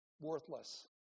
worthless